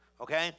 Okay